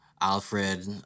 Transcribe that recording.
Alfred